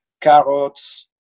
carrots